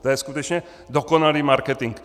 To je skutečně dokonalý marketing.